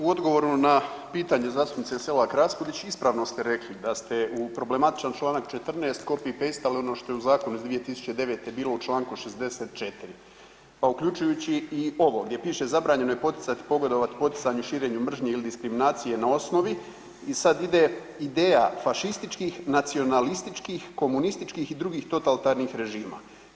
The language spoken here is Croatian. U odgovoru na pitanje zastupnice SElak RAspudić ispravno ste rekli da ste u problematičan članak 14.copy-paste ono što je u zakonu iz 2009.bilo u čl. 64., pa uključujući i ovo gdje piše „zabranjeno je poticat i pogodovat poticanju širenju mržnje ili diskriminacije na osnovi“ i sad ide „ideja fašističkih, nacionalističkih, komunističkih i drugih totalitaritarnih režima“